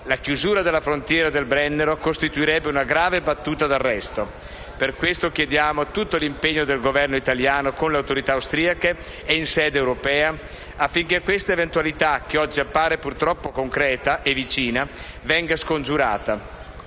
La chiusura della frontiera del Brennero costituirebbe una grave battuta d'arresto. Per questo chiediamo tutto l'impegno del Governo italiano con le autorità austriache e in sede europea affinché questa eventualità, che oggi appare purtroppo concreta e vicina, venga scongiurata.